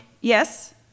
Yes